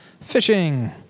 Fishing